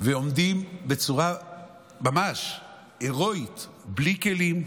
ועומדים בצורה ממש הירואית, בלי כלים,